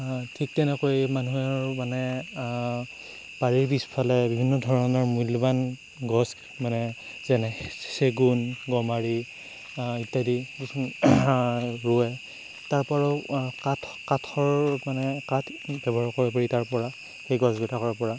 ঠিক তেনেকৈ মানুহৰ মানে বাৰীৰ পিছফালে বিভিন্নধৰণৰ মূল্যৱান গছ মানে যেনে চেগুণ গমাৰী ইত্যাদি ৰোৱে তাৰ পৰাও কাঠ কাঠৰ মানে কাঠ ব্যৱহাৰ কৰিব পাৰি তাৰ পৰা সেই গছবিলাকৰ পৰা